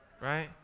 Right